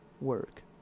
work